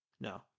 No